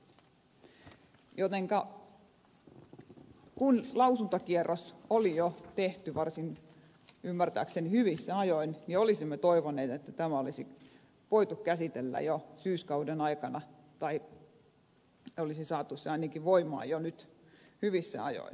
jotenka kun lausuntokierros oli jo tehty ymmärtääkseni varsin hyvissä ajoin niin olisimme toivoneet että tämä olisi voitu käsitellä jo syyskauden aikana tai olisi saatu se ainakin voimaan jo nyt hyvissä ajoin